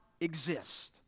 exist